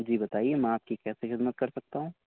جی بتائیے میں آپ کی کیسے خدمت کر سکتا ہوں